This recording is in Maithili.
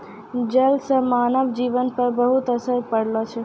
जल से मानव जीवन पर बहुते असर पड़लो छै